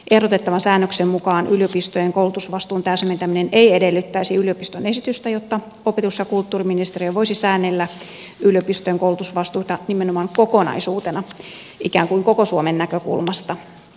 ehdotettavan säännöksen mukaan yliopistojen koulutusvastuun täsmentäminen ei edellyttäisi yliopiston esitystä jotta opetus ja kulttuuriministeriö voisi säännellä yliopistojen koulutusvastuita nimenomaan kokonaisuutena ikään kuin koko suomen näkökulmasta